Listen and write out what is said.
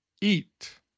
eat